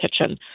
kitchen